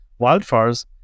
wildfires